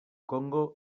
congo